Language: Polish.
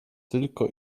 tylko